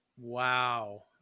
Wow